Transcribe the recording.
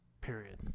period